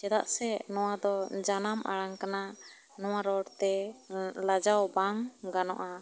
ᱪᱮᱫᱟᱜ ᱥᱮ ᱱᱚᱣᱟ ᱫᱚ ᱡᱟᱱᱟᱢ ᱟᱲᱟᱝ ᱠᱟᱱᱟ ᱱᱚᱣᱟ ᱨᱚᱲ ᱛᱮ ᱞᱟᱡᱟᱣ ᱵᱟᱝ ᱜᱟᱱᱚᱜᱼᱟ